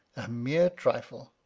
a mere trifle!